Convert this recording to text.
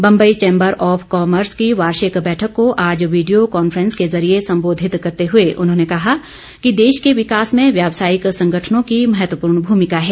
Bombay chamber of commerce की वार्षिक बैठक को आज वीडियो कांफ्रेस के जरिये संबोधित करते हुए उन्होंने कहा कि देश के विकास में व्यावसायिक संगठनों की महत्वपूर्ण भूमिका है